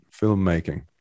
filmmaking